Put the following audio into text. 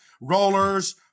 rollers